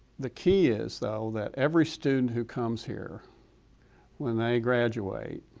the key is though, that every student who comes here when they graduate,